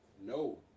No